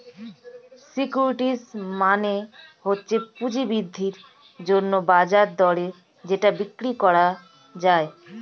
securities মানে হচ্ছে পুঁজি বৃদ্ধির জন্যে বাজার দরে যেটা বিক্রি করা যায়